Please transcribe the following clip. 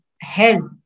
help